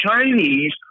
Chinese